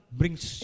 brings